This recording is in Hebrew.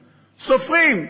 בזמנים.